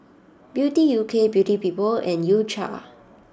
Beauty U K Beauty People and U cha